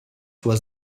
was